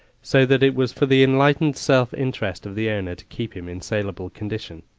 so that it was for the enlightened self-interest of the owner to keep him in saleable condition.